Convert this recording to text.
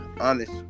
honest